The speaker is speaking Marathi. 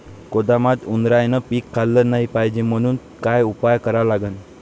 गोदामात उंदरायनं पीक खाल्लं नाही पायजे म्हनून का उपाय करा लागन?